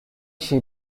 she